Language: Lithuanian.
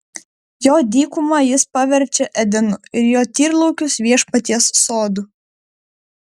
jo dykumą jis paverčia edenu ir jo tyrlaukius viešpaties sodu